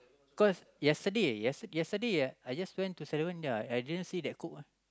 cause yesterday yesterday ah I just went to Seven-Eleven ya I didn't see that Coke ah